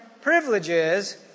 privileges